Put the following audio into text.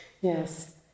Yes